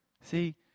See